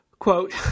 Quote